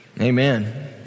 Amen